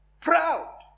proud